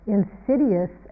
insidious